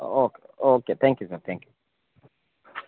okay okay thank you sir thank you